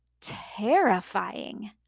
terrifying